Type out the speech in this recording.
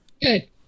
Good